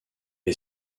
est